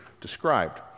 described